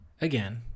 again